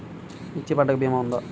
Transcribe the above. మిర్చి పంటకి భీమా ఉందా?